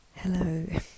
hello